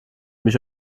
mich